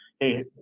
hey